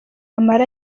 amara